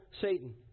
Satan